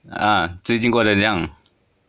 啊最近过得怎样